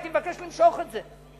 הייתי מבקש למשוך את זה,